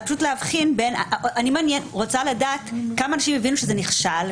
אני רוצה לדעת כמה אנשים הבינו שזה נכשל,